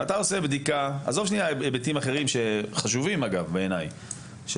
עזוב שנייה היבטים אחרים שחשובים בעיניי,